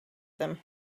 them